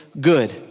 Good